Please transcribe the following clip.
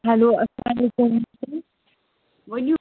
hello السَّلامُ علیکم ؤنو